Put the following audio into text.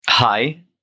Hi